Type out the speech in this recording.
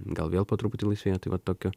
gal vėl po truputį laisvėja tai vat tokio